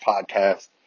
podcast